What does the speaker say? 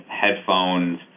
headphones